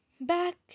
back